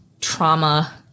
trauma